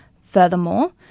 Furthermore